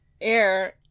air